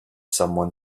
someone